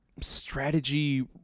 strategy